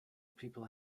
people